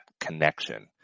connection